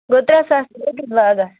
گوٚو ترٛےٚ ساس رۄپیہِ لاگس